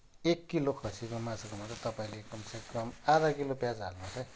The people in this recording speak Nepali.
एक किलो खसीको मासु छ भने चाहिँ तपाईँले कमसेकम आधा किलो पियाज हाल्नुहोस् है